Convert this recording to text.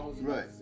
Right